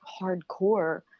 hardcore